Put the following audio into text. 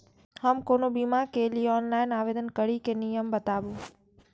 हम कोनो बीमा के लिए ऑनलाइन आवेदन करीके नियम बाताबू?